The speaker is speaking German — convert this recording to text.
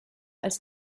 als